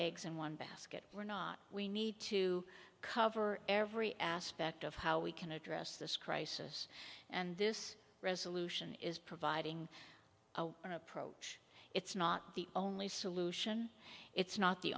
eggs in one basket we're not we need to cover every aspect of how we can address this crisis and this resolution is providing an approach it's not the only solution it's not the